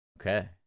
Okay